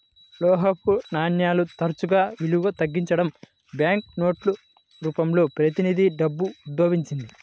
లోహపు నాణేలు తరచుగా విలువ తగ్గించబడటం, బ్యాంకు నోట్ల రూపంలో ప్రతినిధి డబ్బు ఉద్భవించింది